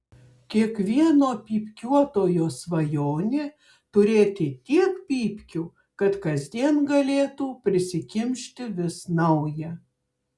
kiekvieno pypkiuotojo svajonė turėti tiek pypkių kad kasdien galėtų prisikimšti vis naują